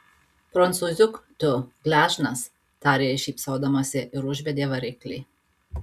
prancūziuk tu gležnas tarė ji šypsodamasi ir užvedė variklį